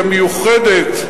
המיוחדת,